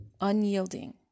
unyielding